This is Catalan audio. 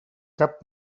cap